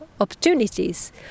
opportunities